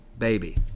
Baby